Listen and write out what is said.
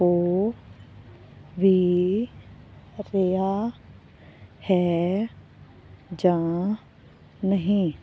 ਹੋ ਵੀ ਰਿਹਾ ਹੈ ਜਾਂ ਨਹੀਂ